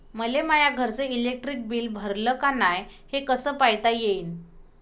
मले माया घरचं इलेक्ट्रिक बिल भरलं का नाय, हे कस पायता येईन?